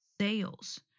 sales